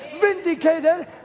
vindicated